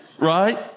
Right